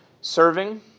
serving